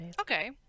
Okay